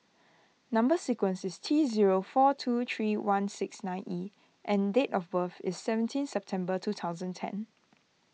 Number Sequence is T zero four two three one six nine E and date of birth is seventeen September two thousand ten